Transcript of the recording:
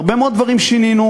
הרבה מאוד דברים שינינו.